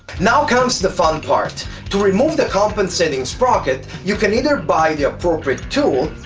now comes the fun part, to remove the compensating sprocket you can ether buy the appropriate tool,